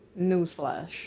newsflash